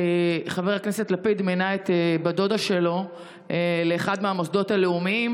שחבר הכנסת לפיד מינה בת דודה שלו לאחד מהמוסדות הלאומיים,